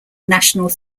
national